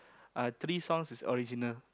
uh three songs is original